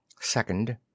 Second